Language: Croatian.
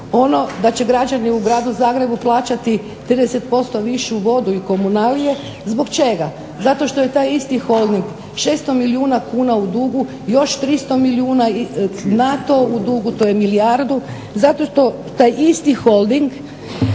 Ono da će građani u gradu Zagrebu plaćati 30% višu vodu i komunalije, zbog čega? Zato što je taj isti Holding 600 milijuna kuna u dugu, još 300 milijuna na to u dugu, to je milijardu, zato što taj isti Holding